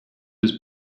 his